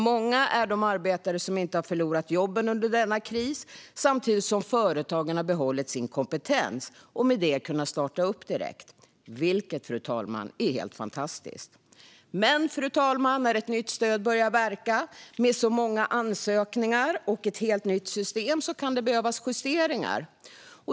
Många är de arbetare som inte har förlorat jobben under denna kris samtidigt som företagen har behållit sin kompetens och med det kunnat starta upp direkt, vilket, fru talman, är helt fantastiskt. Men, fru talman, när ett nytt stöd börjar verka med så många ansökningar och ett helt nytt system kan det behövas justeringar.